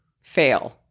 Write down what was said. fail